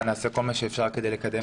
נעשה כל מה שאפשר כדי לקדם את הנושא.